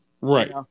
Right